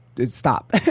Stop